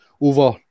over